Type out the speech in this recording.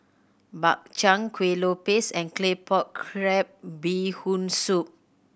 Bak Chang Kueh Lopes and Claypot Crab Bee Hoon Soup